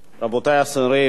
רבותי השרים,